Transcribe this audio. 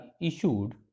issued